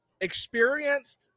experienced